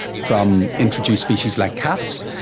from introduced species like cats,